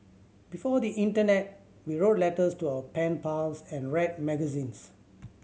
before the internet we wrote letters to our pen pals and read magazines